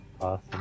Awesome